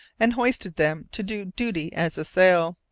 and hoisted them to do duty as a sail.